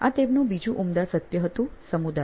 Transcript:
આ તેમનું બીજું ઉમદા સત્ય હતું સમુદાય